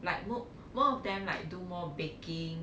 like work more of them like do more baking